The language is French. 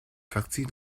partie